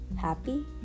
happy